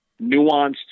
nuanced